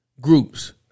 groups